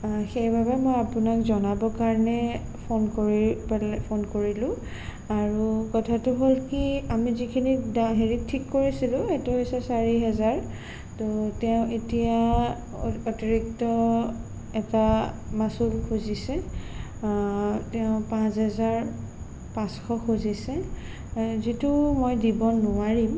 সেইবাবে মই আপোনাক জনাবৰ কাৰণে ফোন কৰি পেলাই ফোন কৰিলোঁ আৰু কথাটো হ'ল কি আমি যিখিনি হেৰিত ঠিক কৰিছিলোঁ সেইটো হৈছে চাৰি হাজাৰ ত' তেওঁ এতিয়া অতিৰিক্ত এটা মাচুল খুজিছে তেওঁ পাঁচ হেজাৰ পাঁচশ খুজিছে যিটো মই দিব নোৱাৰিম